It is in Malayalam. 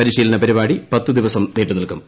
പരിശീലന പരിപാടി പത്തു ദിവസം നീണ്ടു നിൽക്കും